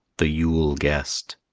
the yule guest